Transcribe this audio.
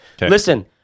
Listen